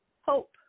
hope